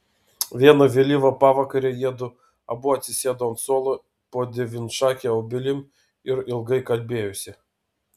vieną vėlyvą pavakarę jiedu abu atsisėdo ant suolo po devynšake obelim ir ilgai kalbėjosi